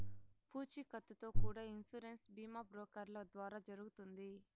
పూచీకత్తుతో కూడా ఇన్సూరెన్స్ బీమా బ్రోకర్ల ద్వారా జరుగుతుంది